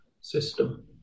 system